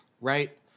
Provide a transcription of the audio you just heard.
right